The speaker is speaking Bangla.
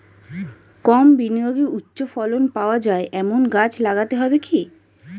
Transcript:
কম বিনিয়োগে উচ্চ ফলন পাওয়া যায় এমন গাছ লাগাতে হবে কি?